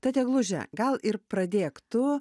tad egluže gal ir pradėk tu